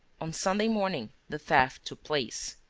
on sunday morning, the theft took place.